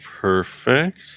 Perfect